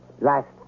last